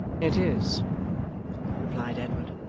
it is replied edward,